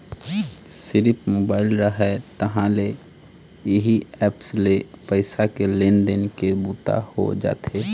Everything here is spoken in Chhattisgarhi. सिरिफ मोबाईल रहय तहाँ ले इही ऐप्स ले पइसा के लेन देन के बूता हो जाथे